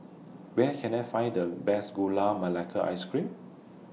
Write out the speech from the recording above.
Where Can I Find The Best Gula Melaka Ice Cream